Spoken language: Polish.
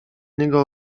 niego